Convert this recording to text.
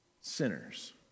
sinners